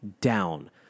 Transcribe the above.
down